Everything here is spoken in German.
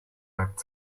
reibt